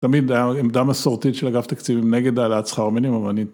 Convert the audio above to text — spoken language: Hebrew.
תמיד היה עמדה מסורתית של אגף תקציבים נגד העלאת שכר מינימום.